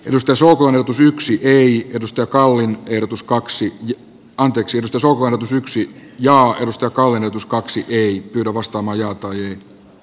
ruskosuokon otus yksiköihin edustaa gaullen ehdotus kaksi kontu yksi tasoitus yksi ja yritysten toimitus kaksi ei vastaa majoitui